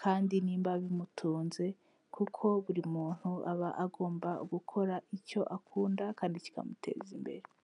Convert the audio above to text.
kandi nimba bimutunze, kuko buri muntu aba agomba gukora icyo akunda kandi kikamuteza imbere.